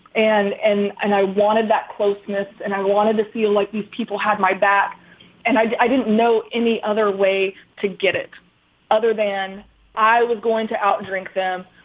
and and and i wanted that closeness. and i wanted to feel like these people had my back and i i didn't know any other way to get it other than i was going to drink them.